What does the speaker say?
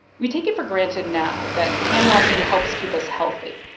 we take it for granted now that hand-washing helps keep us healthy.